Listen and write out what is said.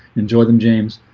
enjoy them james